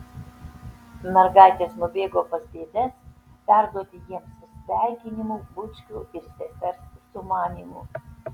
mergaitės nubėgo pas dėdes perduoti jiems sveikinimų bučkių ir sesers sumanymų